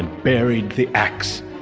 buried the axe.